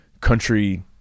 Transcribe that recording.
country